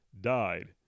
died